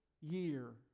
year